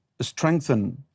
strengthen